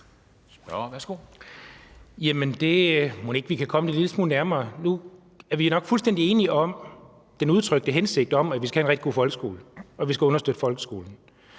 er vi nok fuldstændig enige om den udtrykte hensigt om, at vi skal have en rigtig god folkeskole, og at vi skal understøtte folkeskolen.